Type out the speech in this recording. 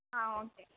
ആ ഓക്കെ